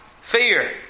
fear